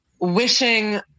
wishing